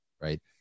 right